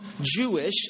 Jewish